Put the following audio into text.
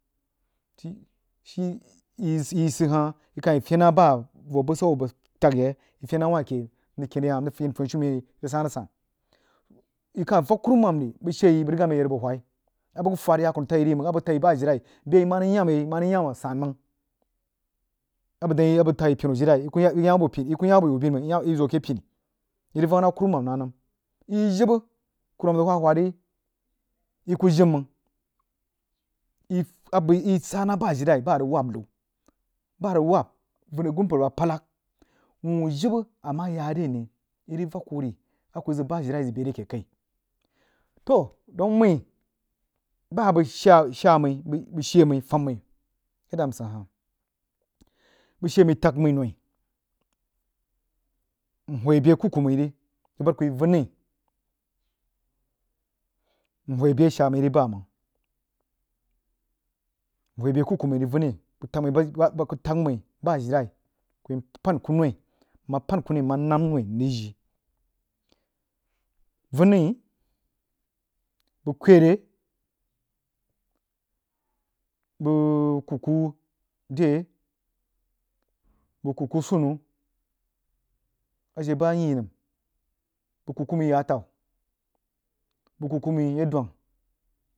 Shii yi sid hah yi kayi fein na bah voh busau abəg tag yi yi rig feinah wa keh nrig ken re hah nrig fein funishumen yi rig san-san, yi kah wak kurumam ri, bəg shee yi riga mye yək rig buoh hwoi abəg ku fad yakan təd yi ri məng a bəg ku fad yakan təd yi ri məng a bəg təg yi bah yirenai beh a yi marig yam yi marig san məng a bəg təg yi penu grenai ri yi ku yam buoh yaubinu məng yi yam buoh penni erig vak nah kurumam na nəm yi jibbə kurumam zəg hun-hun ri yi ku jim məng yi sa nah bah jirenai a rig wabba nau ba a rig wabba agumpər abamkpəg lag wuh jibbə ama ya re ne yi vak kuh ri aku zəg ba jirenai zəg beh ri keh kai toh daun mai ba bəg shan mai əg shee mai fam mai yadd a sid hah bəg shee mai tə mai noi mhwoi beh kuku mai ri bəg bad kuyi vanni mhwoi beh shaa mai ri bayeiməng ku yi mpan kuhnoi nnəm noi nrig jii, vanni, bəg kwere bəg kuku deh bəg kuku sunu, a she bah nyi nəm, bəg kuku mai yatau bəg kuku mai yardongha.